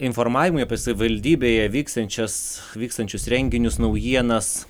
informavimui apie savivaldybėje vyksiančias vykstančius renginius naujienas